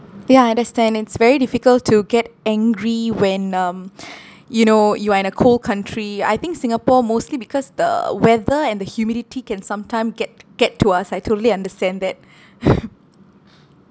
ya understand it's very difficult to get angry when um you know you are in a cold country I think singapore mostly because the weather and the humidity can sometime get get to us I totally understand that